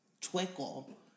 twinkle